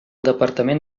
departament